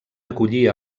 acollir